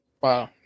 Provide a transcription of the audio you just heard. Wow